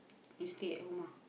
you stay at home ah